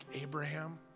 Abraham